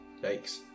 Yikes